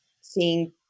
seeing